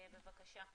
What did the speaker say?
בבקשה.